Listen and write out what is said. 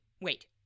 Wait